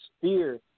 fear